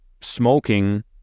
smoking